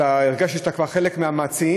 הרגשת שאתה כבר חלק מהמציעים.